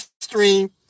stream